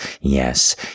Yes